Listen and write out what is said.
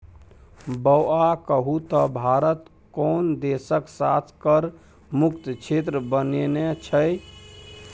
बौआ कहु त भारत कोन देशक साथ कर मुक्त क्षेत्र बनेने छै?